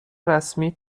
رسمی